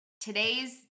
today's